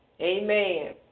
Amen